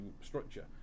structure